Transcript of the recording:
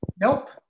Nope